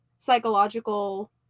psychological